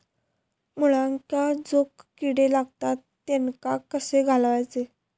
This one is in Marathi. मुळ्यांका जो किडे लागतात तेनका कशे घालवचे?